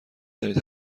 دانید